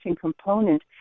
component